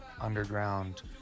underground